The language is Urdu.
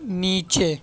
نیچے